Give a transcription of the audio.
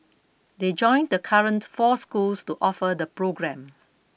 they join the current four schools to offer the programme